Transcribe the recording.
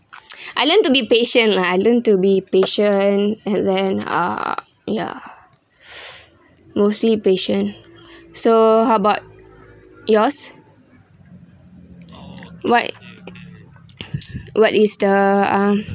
I learn to be patient lah I learn to be patient and then uh ya mostly patient so how about yours what what is the uh